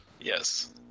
yes